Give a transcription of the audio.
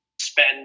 spend